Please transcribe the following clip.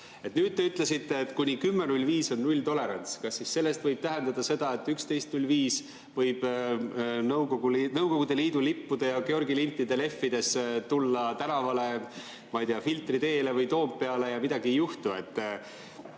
Nüüd te ütlesite, et kuni 10. maini on nulltolerants. Kas see võib tähendada seda, et 11. mail võib Nõukogude Liidu lippude ja Georgi lintide lehvides tulla tänavale, ma ei tea, Filtri teele või Toompeale, ja midagi ei juhtu?